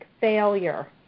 failure